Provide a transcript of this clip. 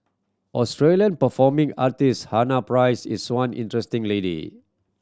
Australian performing artist Hannah Price is one interesting lady